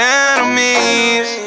enemies